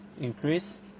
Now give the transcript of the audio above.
increase